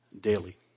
daily